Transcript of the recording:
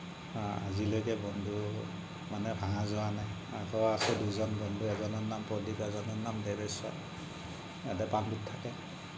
আজিলৈকে বন্ধু মানে ভাঙা যোৱা নাই আৰু আছে দুজন বন্ধু এজনৰ নাম প্ৰদীপ এজনৰ নাম দেৱেশ্ৱৰ সিহঁতে পাণ্ডুত থাকে